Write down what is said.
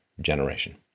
Generation